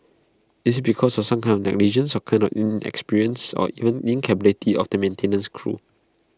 is IT because of some kind of negligence or kind of inexperience or even incapability of the maintenance crew